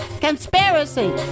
Conspiracy